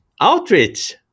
outreach